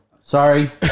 Sorry